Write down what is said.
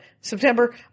September